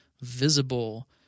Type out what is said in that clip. visible